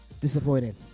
disappointed